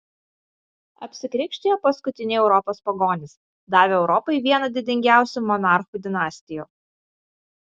apsikrikštijo paskutiniai europos pagonys davę europai vieną didingiausių monarchų dinastijų